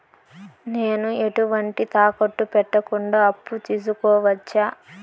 నేను ఎటువంటి తాకట్టు పెట్టకుండా అప్పు తీసుకోవచ్చా?